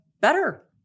better